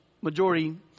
majority